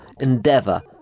endeavour